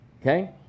Okay